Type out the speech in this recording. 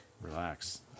Relax